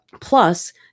plus